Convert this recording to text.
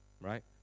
right